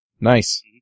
Nice